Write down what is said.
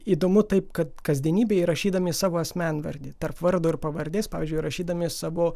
įdomu taip kad kasdienybėje įrašydami savo asmenvardį tarp vardo ir pavardės pavyzdžiui įrašydami savo